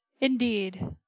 Indeed